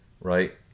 right